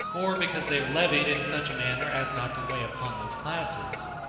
or because they are levied in such a manner as not to weigh upon those classes.